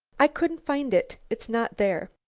i couldn't find it. it's not there.